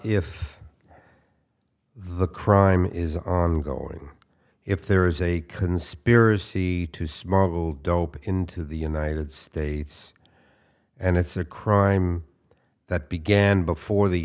if the crime is ongoing if there is a conspiracy to smuggle dope into the united states and it's a crime that began before the